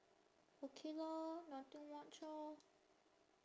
okay lor nothing much orh